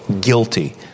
guilty